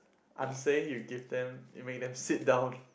I'm saying you give them and make them sit down